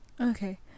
okay